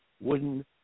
wooden